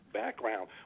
background